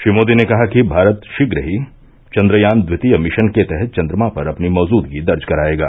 श्री मोदी ने कहा कि भारत शीघ्र ही चन्द्रयान द्वितीय मिशन के तहत चन्द्रमा पर अपनी मौजूदगी दर्ज करायेगा